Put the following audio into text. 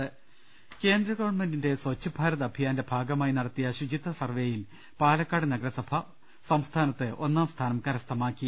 ്്്്്്്് കേന്ദ്ര ഗവൺമെന്റിന്റെ സച്ഛ് ഭാരത് അഭിയാന്റെ ഭാഗമായി നട ത്തിയ ശുചിത്വ സർപ്പെയിൽ പാലക്കാട് ന്ഗരസഭ സംസ്ഥാനത്ത് ഒന്നാം സ്ഥാനം കരസ്ഥമാക്കി